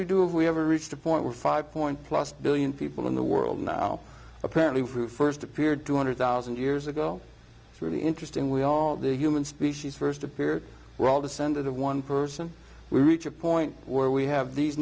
we do if we ever reached a point where five point plus one billion people in the world now apparently who st appeared two hundred thousand years ago it's really interesting we all the human species st appeared we're all descended of one person we reach a point where we have these